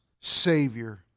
savior